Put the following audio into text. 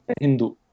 Hindu